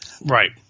right